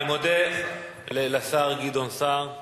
אני מודה לשר גדעון סער.